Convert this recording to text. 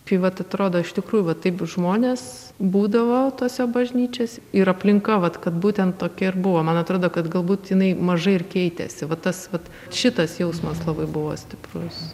kai vat atrodo iš tikrųjų vat taip žmonės būdavo tose bažnyčios ir aplinka vat kad būtent tokia ir buvo man atrodo kad galbūt jinai mažai ir keitėsi va tas vat šitas jausmas labai buvo stiprus